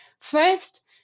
First